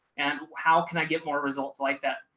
and how can i get more results like that?